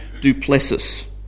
Duplessis